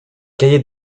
cahier